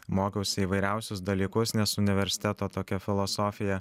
mokiausi įvairiausius dalykus nes universiteto tokia filosofija